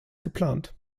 geplant